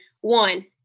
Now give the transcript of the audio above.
one